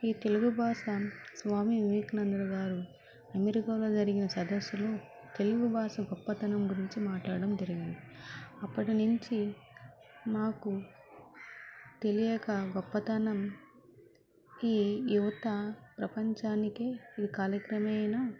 ఈ తెలుగు భాష స్వామి వివేకానంద గారు అమెరికాలో జరిగిన సదస్సులో తెలుగు భాష గొప్పతనం గురించి మాట్లాడడం జరిగింది అప్పటినుంచి నాకు తెలియక గొప్పతనం ఈ యువత ప్రపంచానికి ఈ కాలక్రమేణ